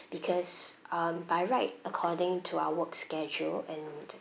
because um by right according to our work schedule and